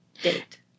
date